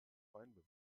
wein